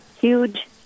huge